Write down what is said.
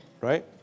Right